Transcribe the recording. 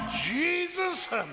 Jesus